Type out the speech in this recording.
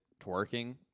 twerking